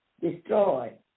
destroyed